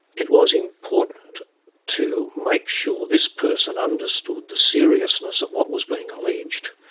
it was important to make sure this person understood the seriousness of what was being alleged.